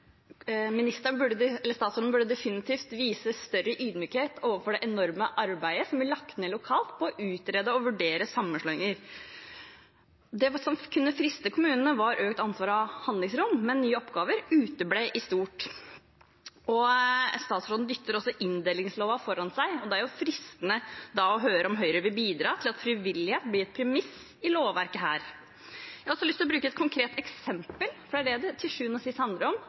Statsråden burde definitivt vise større ydmykhet overfor det enorme arbeidet som er lagt ned lokalt for å utrede og vurdere sammenslåinger. Det som kunne friste kommunene var økt ansvar og handlingsrom, men nye oppgaver uteble i stort. Statsråden dytter også inndelingsloven foran seg, og det er da fristende å høre om Høyre vil bidra til at frivillighet blir et premiss i dette lovverket. Jeg har også lyst til å bruke et konkret eksempel, for det er det det til sjuende og sist handler om